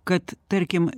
kad tarkim